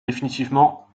définitivement